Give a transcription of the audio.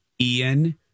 Ian